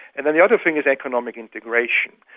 and then the other thing is economic integration.